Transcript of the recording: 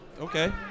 Okay